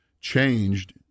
changed